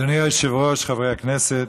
אדוני היושב-ראש, חברי הכנסת,